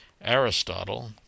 Aristotle